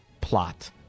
plot